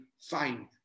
find